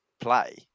play